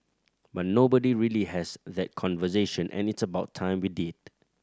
but nobody really has that conversation and it's about time we did